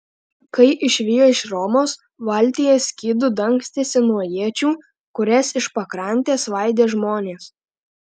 kai išvijo iš romos valtyje skydu dangstėsi nuo iečių kurias iš pakrantės svaidė žmonės